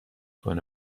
کنه